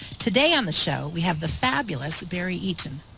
today on the show, we have the fabulous barry eaton.